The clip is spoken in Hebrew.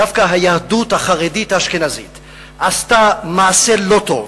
דווקא היהדות החרדית האשכנזית עשתה מעשה לא טוב.